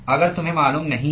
अगर तुम्हें मालूम नहीं है